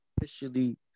officially